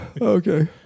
okay